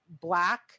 black